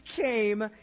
came